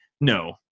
No